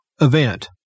event